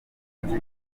nzi